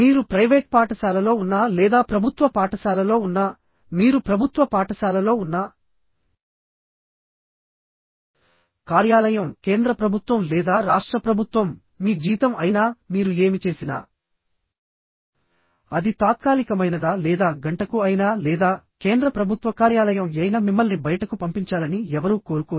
మీరు ప్రైవేట్ పాఠశాలలో ఉన్నా లేదా ప్రభుత్వ పాఠశాలలో ఉన్నా మీరు ప్రభుత్వ పాఠశాలలో ఉన్నా కార్యాలయం కేంద్ర ప్రభుత్వం లేదా రాష్ట్ర ప్రభుత్వం మీ జీతం అయినా మీరు ఏమి చేసినా అది తాత్కాలికమైనదా లేదా గంటకు అయినా లేదా కేంద్ర ప్రభుత్వ కార్యాలయం యైన మిమ్మల్ని బయటకు పంపించాలని ఎవరూ కోరుకోరు